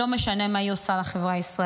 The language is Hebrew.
לא משנה מה היא עושה לחברה הישראלית,